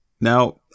Now